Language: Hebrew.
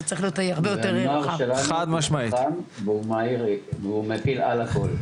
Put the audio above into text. התכנסנו לדיון שבעיניי הוא מהחשובים ביותר בתקופה הזו,